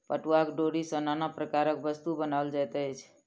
पटुआक डोरी सॅ नाना प्रकारक वस्तु बनाओल जाइत अछि